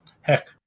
heck